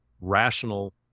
rational